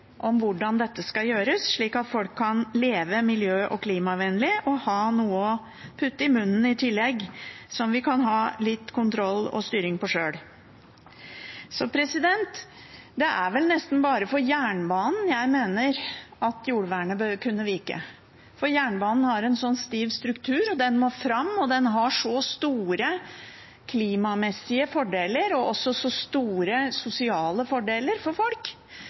om hvordan dette kan gjøres slik at folk kan leve miljø- og klimavennlig og i tillegg ha noe å putte i munnen som vi kan ha litt kontroll og styring på sjøl. Det er vel nesten bare for jernbanen jeg mener at jordvernet bør kunne vike, for jernbanen har en så stiv struktur, og den må fram – den gir klimamessig og sosialt så store fordeler for folk